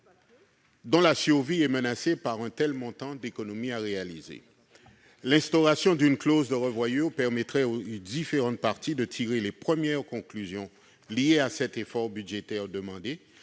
dont la survie est menacée par un tel niveau d'économies. L'instauration d'une clause de revoyure permettrait aux différentes parties de tirer de premières conclusions sur cet effort budgétaire et